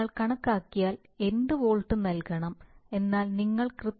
നിങ്ങൾ കണക്കാക്കിയാൽ എന്ത് വോൾട്ട് നൽകണം എന്നാൽ നിങ്ങൾ കൃത്രിമമായി 1